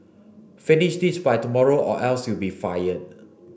finish this by tomorrow or else you'll be fired